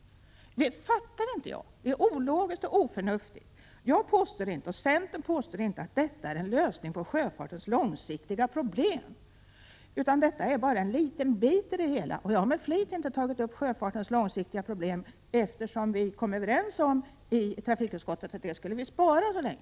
Det fattar inte jag. Det är ologiskt och oförnuftigt. Varken jag eller någon annan i centern påstår att vårt förslag innebär en lösning på sjöfartens långsiktiga problem. Det är bara en liten del av det hela. Jag har med flit inte tagit upp sjöfartens långsiktiga problem, eftersom vi i trafikutskottet kom överens om att vi skulle vänta med det så länge.